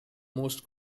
most